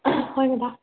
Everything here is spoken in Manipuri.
ꯍꯣꯏ ꯃꯦꯗꯥꯝ